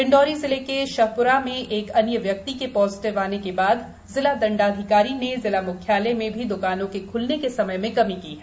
डिण्डोरी जिले के शहप्रा में एक अन्य व्यक्ति के पॉजिटिव आने के बा द जिला दंडाधिकारी ने जिला म्ख्यालय में भी द्कानों के ख्लने के सम य मे कमी की है